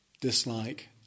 dislike